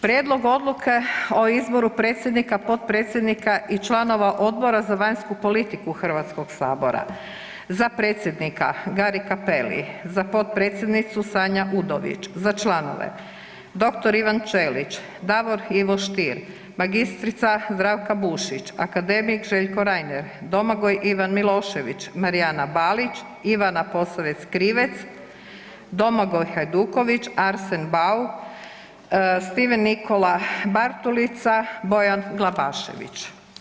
Prijedlog Odluke o izboru predsjednika, potpredsjednika i članova Odbora za vanjsku politiku Hrvatskog sabora, za predsjednika Gari Cappelli, za potpredsjednicu Sanja Udović, za članove dr. Ivan Ćelić, Davor Ivo Stier, mr. Zdravka Bušić, akademik Željko Reiner, Domagoj Ivan Milošević, Marijana Balić, Ivana Posavec Krivec, Domagoj Hajduković, Arsen Bauk, Stephen Nikola Bartulica, Bojan Glašević.